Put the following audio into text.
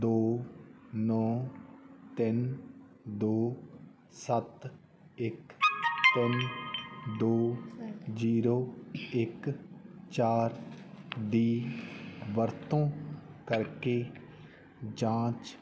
ਦੋ ਨੌਂ ਤਿੰਨ ਦੋ ਸੱਤ ਤਿੰਨ ਇੱਕ ਤਿੰਨ ਦੋ ਜ਼ੀਰੋ ਇੱਕ ਚਾਰ ਦੀ ਵਰਤੋਂ ਕਰਕੇ ਜਾਂਚ